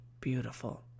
beautiful